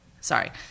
Sorry